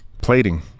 Plating